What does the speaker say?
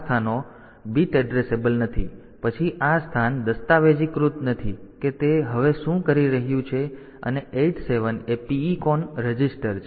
તેથી તેઓ bit addressable નથી પછી આ સ્થાન દસ્તાવેજીકૃત નથી કે તે હવે શું કરી રહ્યું છે અને 8 7 એ PECON રજિસ્ટર છે